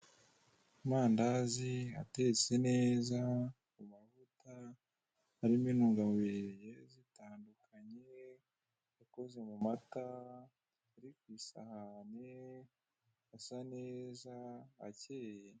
Amandazi atetse neza mu mavuta arimo intungamubiri zigiye zitandukanye, ikozwe mu mata ari ku isahane, asa neza acyeye.